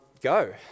go